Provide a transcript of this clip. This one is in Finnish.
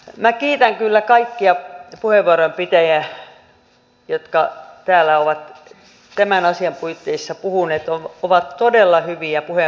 minä kiitän kyllä kaikkia puheenvuoron pitäjiä jotka täällä ovat tämän asian puitteissa puhuneet ne ovat todella hyviä puheenvuoroja